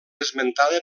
esmentada